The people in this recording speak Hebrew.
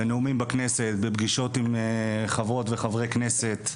בנאומים בכנסת, בפגישות עם חברות וחברי כנסת.